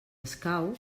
escau